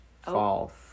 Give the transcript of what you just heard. false